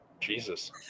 Jesus